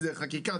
אם בחקיקה.